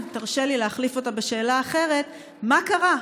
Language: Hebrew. אם תרשה לי להחליף אותה בשאלה אחרת: מה קרה?